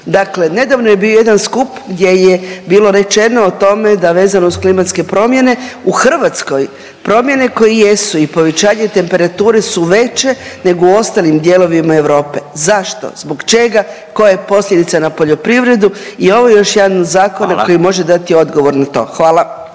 Dakle nedavno je bio jedan skup gdje je bilo rečeno o tome da vezano uz klimatske promjene u Hrvatskoj promjene koje jesu i povećanje temperature su veće nego u ostalim dijelovima Europe. Zašto, zbog čega, koja je posljedica na poljoprivredu? I ovo je još jedan od zakona …/Upadica Radin: Hvala/…